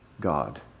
God